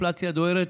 אינפלציה דוהרת,